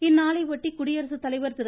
இந்நாளையொட்டி குடியரசுத்தலைவர் திரு